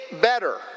better